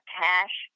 cash